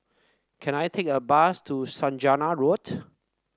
can I take a bus to Saujana Road